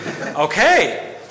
Okay